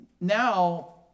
now